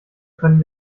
können